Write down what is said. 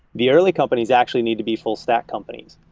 the early companies actually need to be full stack companies.